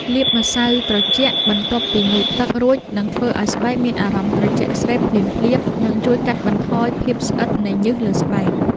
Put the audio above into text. លាបម្ស៉ៅត្រជាក់បន្ទាប់ពីងូតទឹករួចនឹងធ្វើឱ្យស្បែកមានអារម្មណ៍ត្រជាក់ស្រេបភ្លាមៗនិងជួយកាត់បន្ថយភាពស្អិតនៃញើសលើស្បែក។